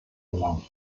gelangen